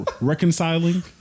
Reconciling